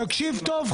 תקשיב טוב,